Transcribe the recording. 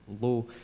low